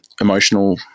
emotional